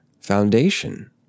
foundation